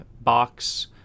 Box